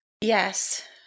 yes